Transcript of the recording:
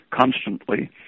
constantly